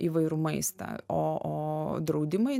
įvairų maistą o o draudimai